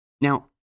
Now